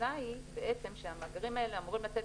התפיסה היא שהמאגרים האלה אמורים לתת